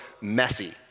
messy